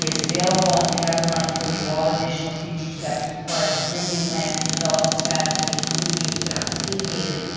is available and can outline for you all additional future steps required to bring these lands to development status. they include, as your staff has indicated,